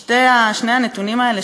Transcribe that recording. שני הנתונים האלה,